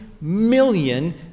million